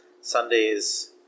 Sundays